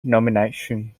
nomination